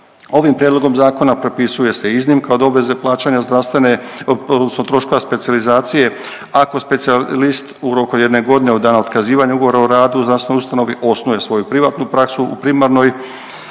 Ovim prijedlogom zakona propisuje se iznimka od obveze plaćanja zdravstvene, odnosno troškova specijalizacije. Ako specijalist u roku od jedne godine od dana otkazivanja ugovora o radu zdravstvenoj ustanovi osnuje svoju privatnu praksu u primarnoj